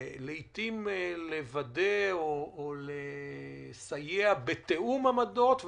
לעיתים לוודא ולסייע בתיאום עמדות,